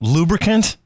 Lubricant